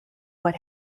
what